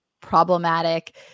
problematic